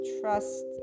trust